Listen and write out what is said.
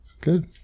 good